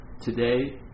today